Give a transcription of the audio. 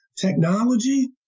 technology